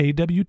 awt